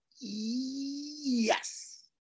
yes